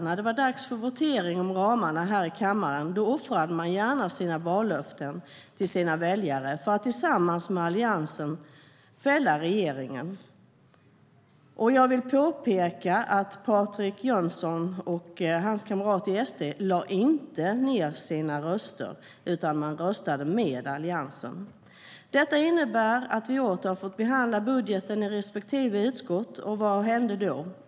När det var dags för votering om ramarna här i kammaren offrade Sverigedemokraterna gärna sina vallöften till väljarna för att tillsammans med Alliansen fälla regeringen. Jag vill påpeka att Patrik Jönsson och hans kamrater i SD inte lade ned sina röster, utan de röstade med Alliansen.Det innebar att vi åter fick behandla budgeten i respektive utskott. Och vad hände då?